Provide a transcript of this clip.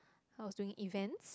I was doing events